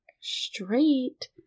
straight